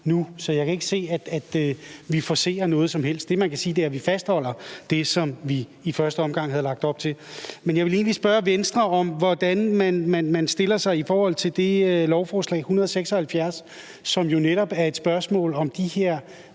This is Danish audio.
så jeg kan ikke se, at vi forcerer noget som helst. Det, man kan sige, er, at vi fastholder det, som vi i første omgang havde lagt op til. Men jeg vil lige spørge Venstre om, hvordan man stiller sig i forhold til det lovforslag, lovforslag nr. L 176, som jo netop er et spørgsmål om de her